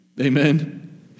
Amen